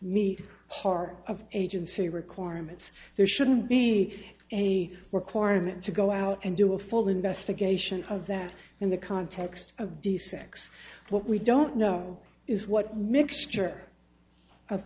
meet part of agency requirements there shouldn't be a requirement to go out and do a full investigation of that in the context of decent x what we don't know is what mixture of